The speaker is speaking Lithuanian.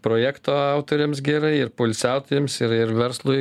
projekto autoriams gerai ir poilsiautojams ir ir verslui